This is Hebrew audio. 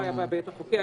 זו לא בעיה בהיבט החוקי,